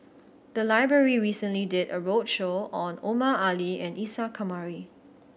the library recently did a roadshow on Omar Ali and Isa Kamari